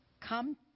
come